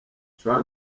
nshobora